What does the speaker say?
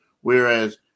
whereas